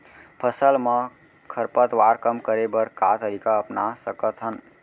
फसल मा खरपतवार कम करे बर का तरीका अपना सकत हन?